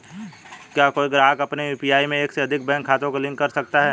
क्या कोई ग्राहक अपने यू.पी.आई में एक से अधिक बैंक खातों को लिंक कर सकता है?